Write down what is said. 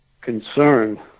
concern